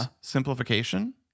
simplification